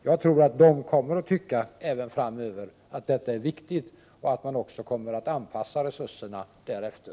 Jag tror att de även framöver kommer att tycka att detta är en viktig uppgift och att de även kommer att anpassa resurserna därefter.